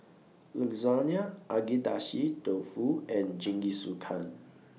Lasagne Agedashi Dofu and Jingisukan